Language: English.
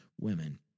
women